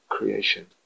creation